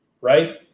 right